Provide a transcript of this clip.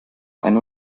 ein